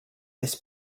this